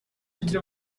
ati